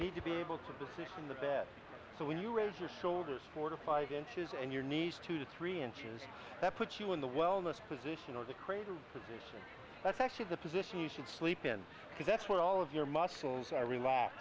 need to be able to the six in the bed so when you raise your shoulders four to five inches and your knees to three inches that put you in the wellness position or the cradle position that's actually the position you should sleep in because that's where all of your muscles are